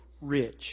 rich